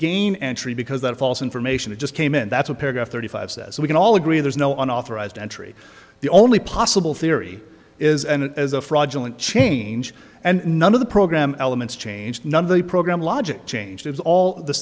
gain entry because that false information that just came in that's a paragraph thirty five says we can all agree there's no authorized entry the only possible theory is and as a fraudulent change and none of the program elements change none of the program logic changes all the